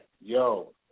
Yo